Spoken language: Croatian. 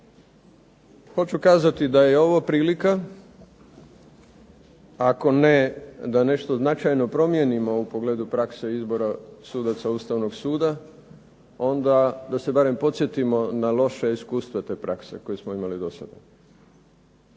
Hoću kazati da je ovo prilika, ako ne da nešto značajno promijenimo u pogledu prakse izbora sudaca Ustavnog suda onda da se barem podsjetimo na loša iskustva te prakse koju smo imali do sada.